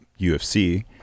UFC